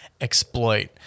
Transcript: exploit